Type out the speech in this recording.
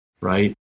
right